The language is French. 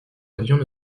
avions